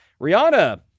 Rihanna